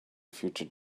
future